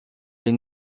est